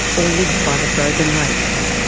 or lives by the frozen lakes.